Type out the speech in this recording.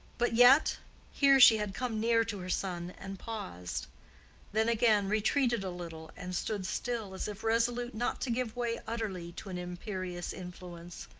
but yet here she had come near to her son, and paused then again retreated a little and stood still, as if resolute not to give way utterly to an imperious influence